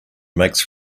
makes